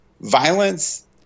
Violence